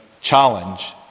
challenge